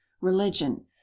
religion